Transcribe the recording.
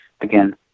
again